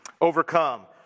Overcome